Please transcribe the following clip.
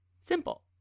Simple